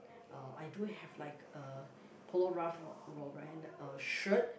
uh I do have like uh Polo-Ralph-Lauren uh shirt